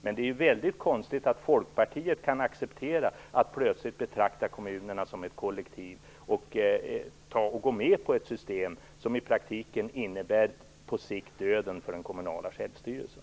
Men det är väldigt konstigt att Folkpartiet kan acceptera att plötsligt betrakta kommunerna som ett kollektiv och gå med på ett system som i praktiken på sikt innebär döden för den kommunala självstyrelsen.